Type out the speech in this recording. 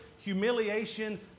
humiliation